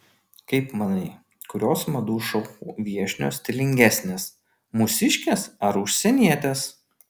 kaip manai kurios madų šou viešnios stilingesnės mūsiškės ar užsienietės